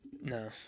no